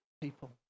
people